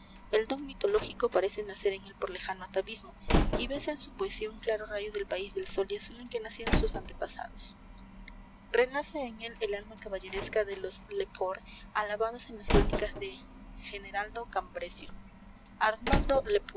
el dón mitológico parece nacer en él por lejano atavismo y vese en su poesía un claro rayo del país del sol y azul en que nacieron sus antepasados renace en él el alma caballeresca de los le poer alabados en las crónicas de generaldo